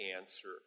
answer